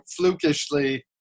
flukishly